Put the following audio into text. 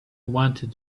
wanted